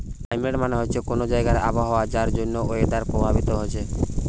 climate মানে হচ্ছে কুনো জাগার আবহাওয়া যার জন্যে ওয়েদার প্রভাবিত হচ্ছে